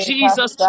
Jesus